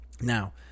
Now